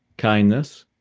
kindness,